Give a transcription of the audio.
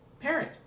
Parent